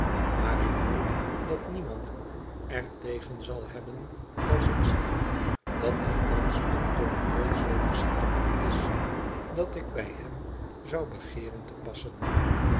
maar ik hoop dat niemand er tegen zal hebben als ik zeg dat de franschman toch nooit zoo geschapen is dat ik bij hem zou begeeren te passen